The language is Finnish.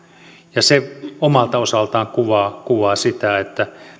ja se omalta osaltaan kuvaa kuvaa sitä että